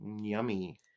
yummy